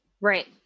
Right